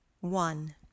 one